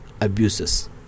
abuses